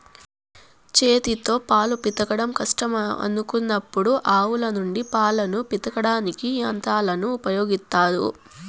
చేతితో పాలు పితకడం కష్టం అనుకున్నప్పుడు ఆవుల నుండి పాలను పితకడానికి యంత్రాలను ఉపయోగిత్తారు